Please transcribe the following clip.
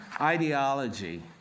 ideology